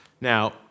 Now